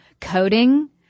coding